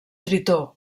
tritó